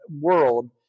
world